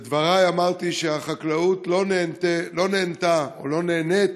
בדבריי אמרתי שהחקלאות לא נהנתה או לא נהנית